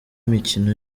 imikino